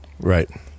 Right